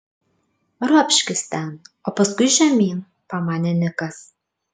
ropškis ten o paskui žemyn pamanė nikas